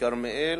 בכרמיאל